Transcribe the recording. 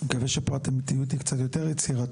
אני מקווה שפה אתם תהיו איתי קצת יותר יצירתיים.